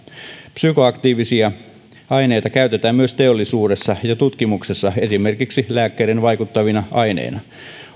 psykoaktiivisia aineita käytetään myös teollisuudessa ja tutkimuksessa esimerkiksi lääkkeiden vaikuttavina aineina